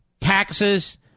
taxes